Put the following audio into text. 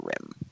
Rim